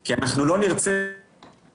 כי אנחנו לא נרצה -- -(שיבושים